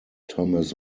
thomas